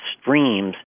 streams